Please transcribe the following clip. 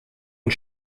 und